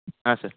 ಹಾಂ ಸರ್